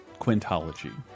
Quintology